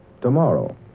tomorrow